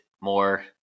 more